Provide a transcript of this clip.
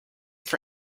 for